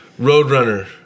Roadrunner